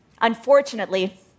unfortunately